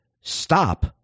stop